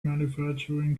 manufacturing